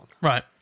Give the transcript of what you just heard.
Right